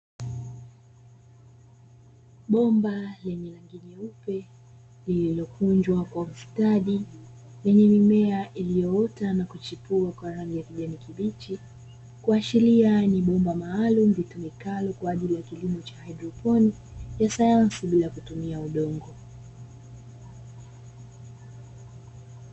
Bomba lenye rangi nyeupe lililokunjwa kwa ustadi lenye mimea iliyoota na kuchipua kwa rangi ya kijani kibichi, kuashiria ni bomba maalumu litumikalo kwa ajili ya kilimo cha haidroponi ya sayansi bila kutumia udongo.